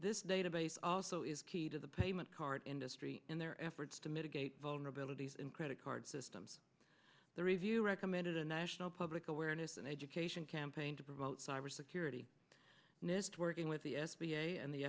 this database also is key to the payment card industry in their efforts to mitigate vulnerabilities in credit card systems the review recommended a national public awareness and education campaign to promote cybersecurity nist working with the s b a and the